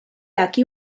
aquí